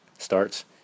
Starts